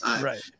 right